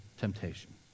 temptation